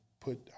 put